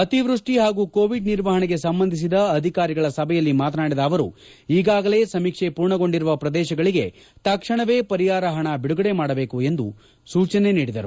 ಅತಿವೃಷ್ಟಿ ಹಾಗೂ ಕೋವಿಡ್ ನಿರ್ವಹಣೆಗೆ ಸಂಬಂಧಿಸಿದ ಅಧಿಕಾರಿಗಳ ಸಭೆಯಲ್ಲಿ ಮಾತನಾಡಿದ ಅವರು ಈಗಾಗಲೇ ಸಮೀಕ್ಷೆ ಮೂರ್ಣಗೊಂಡಿರುವ ಪ್ರದೇಶಗಳಿಗೆ ತಕ್ಷಣವೇ ಪರಿಹಾರ ಪಣ ಬಿಡುಗಡೆ ಮಾಡಬೇಕು ಎಂದು ಜಿಲ್ಲಾಧಿಕಾರಿಗಳಿಗೆ ಸೂಚನೆ ನೀಡಿದರು